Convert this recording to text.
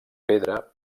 pedra